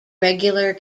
regular